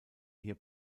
hier